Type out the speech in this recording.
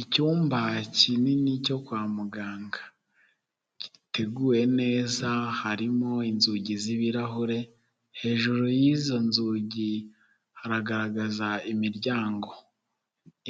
Icyumba kinini cyo kwa muganga giteguye neza harimo inzugi z'ibirahure, hejuru y'izo nzugi hagaragara imiryango